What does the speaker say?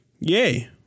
Yay